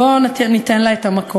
בוא ניתן לה את המקום.